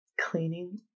cleaning